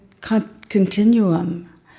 continuum